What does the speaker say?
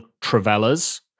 travellers